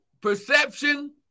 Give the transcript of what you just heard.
Perception